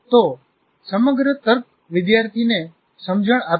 તો સમગ્ર તર્ક વિદ્યાર્થીને સમજણ આપે છે